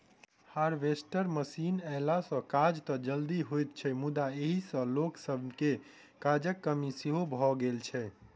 harvester machine अयला सॅ काज त जल्दी होइत छै मुदा एहि सॅ लोक सभके काजक कमी सेहो भ गेल छै